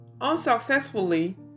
unsuccessfully